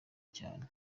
cyane